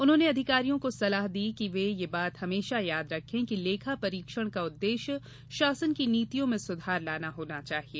उन्होंने अधिकारियों को सलाह दी कि वे यह बात हमेशा याद रखें कि लेखा परीक्षण का उद्देश्य शासन की नीतियों में सुधार लाना होना चाहिए